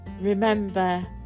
remember